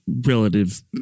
relative